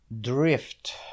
drift